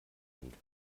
handelt